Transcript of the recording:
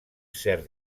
cert